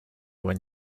when